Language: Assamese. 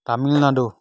তামিলনাডু